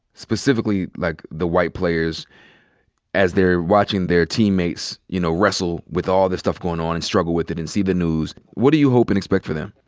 specifically, like, the white players as they're watching their teammates, you know, wrestle with all the stuff goin' on, and struggle with it, and see the news? what do you hope and expect for them?